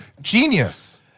genius